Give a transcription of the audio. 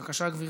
בבקשה, גברתי.